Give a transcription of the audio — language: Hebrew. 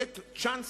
לתת צ'אנס.